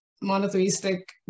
monotheistic